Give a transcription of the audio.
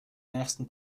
nächsten